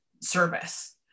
service